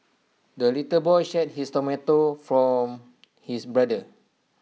the little boy shared his tomato from his brother